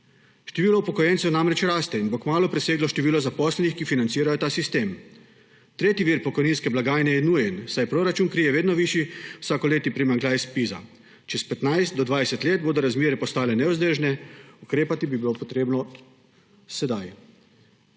Število upokojencev namreč raste in bo kmalu preseglo število zaposlenih, ki financirajo ta sistem. Tretji vir pokojninske blagajne je nujen, saj proračun krije vedno višji vsakoletni primanjkljaj ZPIZ. Čez 15 do 20 let bodo razmere postale nevzdržne. Ukrepati bi bilo potrebno sedaj.